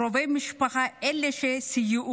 קרובי המשפחה הם אלה שמסייעים.